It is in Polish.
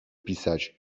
pisać